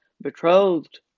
betrothed